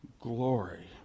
glory